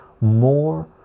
more